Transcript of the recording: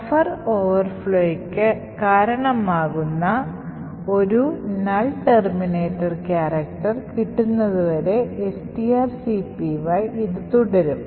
buffer ഓവർഫ്ലോയ്ക്ക് കാരണമാകുന്ന ഒരു ഒരു null ടെർമിനേറ്റർ ക്യാരക്ടർ കിട്ടുന്നതു വരെ strcpy ഇത് തുടരും